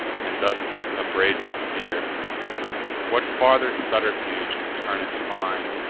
and thus upbraids his fear what farther subterfuge can turnus find?